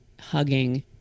hugging